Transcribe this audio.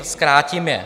Zkrátím je.